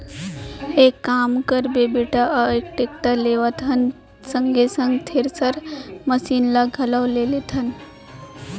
एक काम करबे बेटा अब टेक्टर लेवत हन त संगे संग थेरेसर मसीन ल घलौ ले लेथन